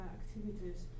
activities